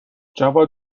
جواد